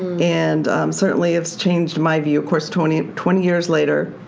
and certainly it's changed my view. of course twenty twenty years later,